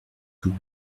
sous